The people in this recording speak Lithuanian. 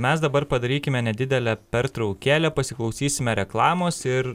mes dabar padarykime nedidelę pertraukėlę pasiklausysime reklamos ir